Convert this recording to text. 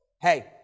Hey